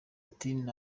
ati